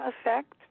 effect